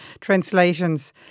translations